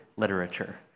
literature